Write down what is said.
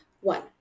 One